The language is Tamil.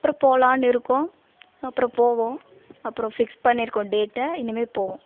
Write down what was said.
அப்புறம் போகலான்னு இருக்கோம் அப்புறம் போவோம் அப்புறம் ஃபிக்ஸ் பண்ணியிருக்கோம் டேட்டை இனிமேல் போவோம்